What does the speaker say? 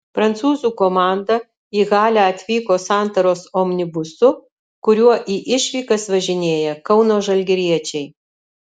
prancūzų komanda į halę atvyko santaros omnibusu kuriuo į išvykas važinėja kauno žalgiriečiai